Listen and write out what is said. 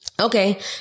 Okay